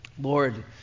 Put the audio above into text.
Lord